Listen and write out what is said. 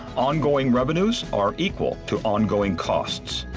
ongoing revenues are equal to ongoing costs.